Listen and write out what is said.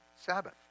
Sabbath